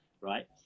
right